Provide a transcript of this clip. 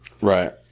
Right